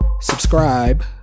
subscribe